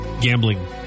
gambling